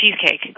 cheesecake